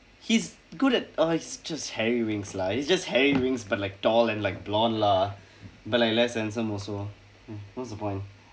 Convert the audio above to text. he's good at uh he's just harry winks lah he's just harry winks but like tall and like blonde lah but like less handsome also hm what's the point